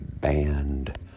banned